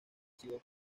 sido